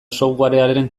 softwarearen